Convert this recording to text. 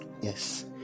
Yes